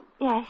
Yes